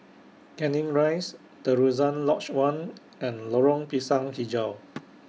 Canning Rise Terusan Lodge one and Lorong Pisang Hijau